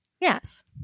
Yes